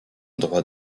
droit